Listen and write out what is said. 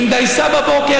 עם דייסה בבוקר,